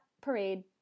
Parade